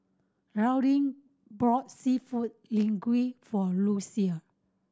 Laurene bought Seafood Linguine for Lucile